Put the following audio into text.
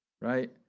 Right